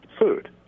food